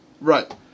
Right